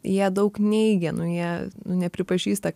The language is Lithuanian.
jie daug neigia nu jie nepripažįsta